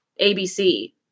ABC